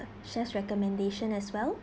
chef recommendation as well